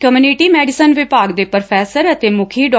community medicine ਵਿਭਾਗ ਦੇ professor ਅਤੇ ਮੁਕੀ ਡਾ